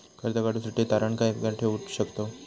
कर्ज काढूसाठी तारण काय काय ठेवू शकतव?